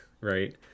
right